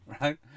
right